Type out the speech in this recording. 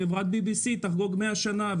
חברת BBC תחגוג 100 שנה,